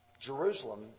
Jerusalem